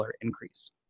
increase